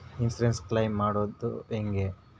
Insurance claim ಮಾಡದು ಹೆಂಗೆ?